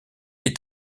est